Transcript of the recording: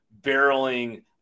barreling